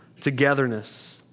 togetherness